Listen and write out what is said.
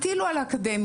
תטילו על האקדמיה,